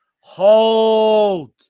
Hold